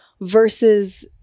versus